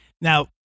now